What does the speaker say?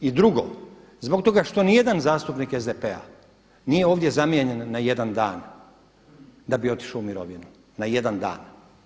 I drugo, zbog toga što nijedan zastupnik SDP-a nije ovdje zamijenjen na jedan dan da bi otišao u mirovinu, na jedan dan.